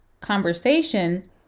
conversation